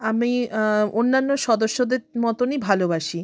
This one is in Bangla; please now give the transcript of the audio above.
আমি অন্যান্য সদস্যদের মতনই ভালোবাসি